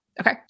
Okay